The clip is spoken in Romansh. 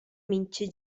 mintga